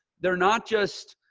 they're not just,